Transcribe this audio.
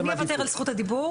אז אני אוותר על זכות הדיבור,